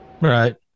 Right